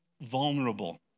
vulnerable